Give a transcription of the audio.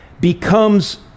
becomes